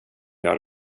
gör